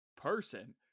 person